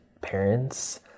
parents